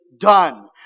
done